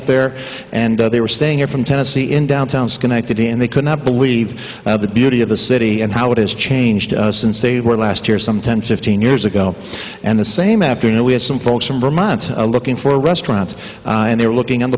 up there and they were staying here from tennessee in downtown schenectady and they could not believe the beauty of the city and how it has changed since they were last here some ten fifteen years ago and the same afternoon we had some folks from vermont looking for a restaurant and they're looking on